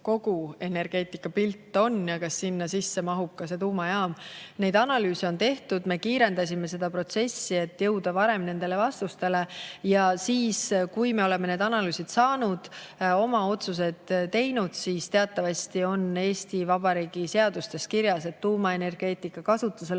kogu energeetikapilt on ja kas sinna sisse mahub ka tuumajaam. Neid analüüse on tehtud, me oleme seda protsessi kiirendanud, et jõuda varem nende vastusteni. Ja kui me oleme analüüsid saanud, oma otsused teinud, siis teatavasti on Eesti Vabariigi seadustes kirjas, et tuumaenergeetika kasutuselevõtu